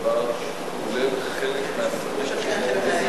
כולל חלק מהשרים שלא מזדהים,